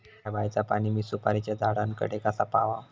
हया बायचा पाणी मी सुपारीच्या झाडान कडे कसा पावाव?